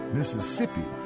Mississippi